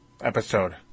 episode